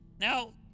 now